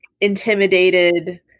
intimidated